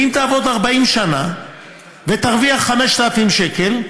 אם תעבוד 40 שנה ותרוויח 5,000 שקל,